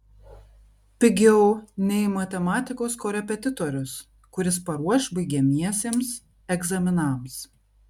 pigiau nei matematikos korepetitorius kuris paruoš baigiamiesiems egzaminams